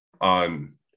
on